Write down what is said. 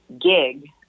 gig